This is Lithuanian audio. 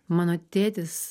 mano tėtis